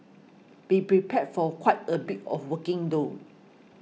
be prepared for quite a bit of walking though